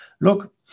look